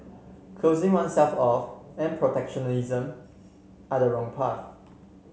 closing oneself off and protectionism are the wrong path